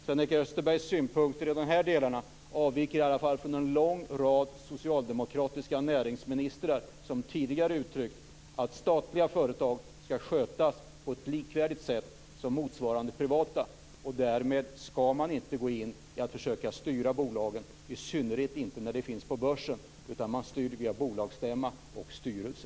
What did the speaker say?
Sven-Erik Österbergs synpunkter i de här delarna avviker i alla fall från vad en lång rad socialdemokratiska näringsministrar tidigare uttryckt om att statliga företag skall skötas på ett likvärdigt sätt som motsvarande privata. Därmed skall man inte gå in och försöka styra bolaget, i synnerhet inte när det finns på börsen, utan man styr det via bolagsstämma och styrelse.